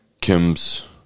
Kim's